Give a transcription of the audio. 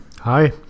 Hi